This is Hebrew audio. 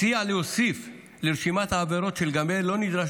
מציע להוסיף לרשימת העבירות שלגביהן לא נדרש